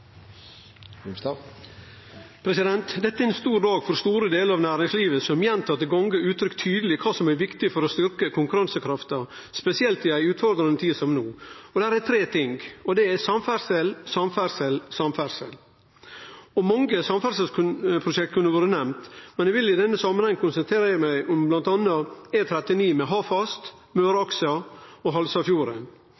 infrastruktur. Dette er ein stor dag for store delar av næringslivet, som gjentatte gonger har uttrykt tydeleg kva som er viktig for å styrkje konkurransekrafta, spesielt i ei utfordrande tid som no. Det er tre ting: samferdsel, samferdsel og samferdsel. Mange samferdselsprosjekt kunne vore nemnde, men eg vil i denne samanheng konsentrere meg om bl.a. E39, med Hafast,